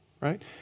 right